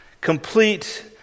complete